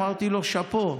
אמרתי לו: שאפו.